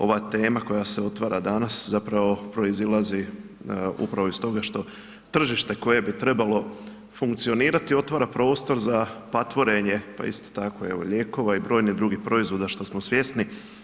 Ova tema koja se otvara danas zapravo proizlazi upravo iz toga što tržište koje bi trebalo funkcionirati, otvara prostore za patvorenje, pa isto tako, evo i lijekova i brojnih drugih proizvoda, što smo svjesni.